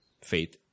faith